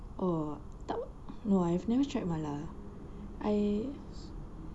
oh tak no I've never tried mala I've